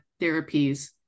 therapies